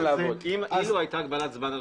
-- שיחקרו.